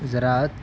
زراعت